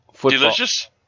Delicious